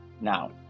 now